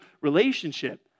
relationship